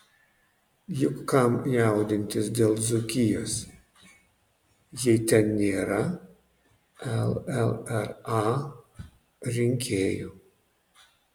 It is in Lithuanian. juk kam jaudintis dėl dzūkijos jei ten nėra llra rinkėjų